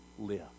live